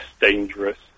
dangerous